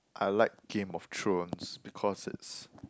I like Game of Thrones because it's